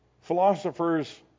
philosophers